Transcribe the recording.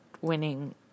winning